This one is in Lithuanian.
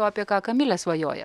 o apie ką kamilė svajoja